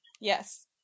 Yes